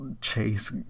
chase